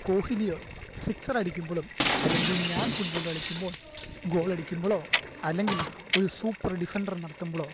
കോഹിലിയോ സിക്സറടിക്കുമ്പോളും അല്ലെങ്കിൽ ഞാൻ ഫുട് ബോൾ കളിക്കുമ്പോൾ ഗോളടിക്കുമ്പോളോ അല്ലെങ്കിൽ ഒരു സൂപ്പർ ഡിഫെൻഡർ നടത്തുമ്പോളോ